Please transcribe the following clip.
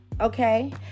Okay